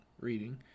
reading